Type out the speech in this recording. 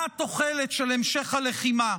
מה התוחלת של המשך הלחימה?